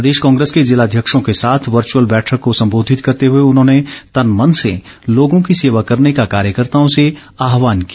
प्रदेश कांग्रेस के जिलाध्यक्षों के साथ वचुअल बैठक को संबोधित करते हुए उन्होंने तनमन से लोगों की सेवा करने का कार्यकर्ताओं से आहवान किया